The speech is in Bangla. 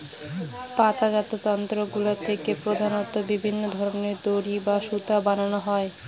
পাতাজাত তন্তুগুলা থেকে প্রধানত বিভিন্ন ধরনের দড়ি বা সুতা বানানো হয়